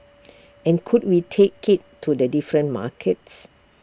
and could we take IT to the different markets